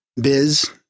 Biz